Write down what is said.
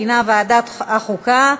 ועדת החוקה,